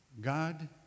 God